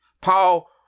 Paul